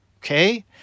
Okay